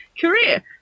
career